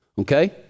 okay